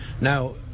Now